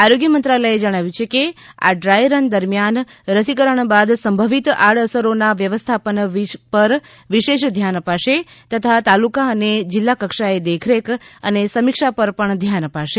આરોગ્ય મંત્રાલયે કહ્યું કે આ ડ્રાય રન દરમિયાન રસીકરણ બાદ સંભવિત આડઅસરોના વ્યવસ્થાપન પર વિશેષ ધ્યાન અપાશે તથા તાલકા અને જીલ્લા કક્ષાએ દેખરેખ અને સમીક્ષા પર પણ ધ્યાન અપાશે